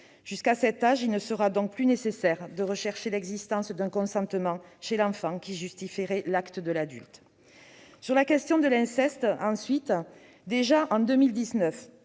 Jusqu'à cet âge, il ne sera donc plus nécessaire de rechercher l'existence d'un consentement chez l'enfant qui justifierait l'acte de l'adulte. Sur la question de l'inceste, ensuite, en 2019,